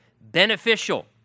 beneficial